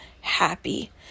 happy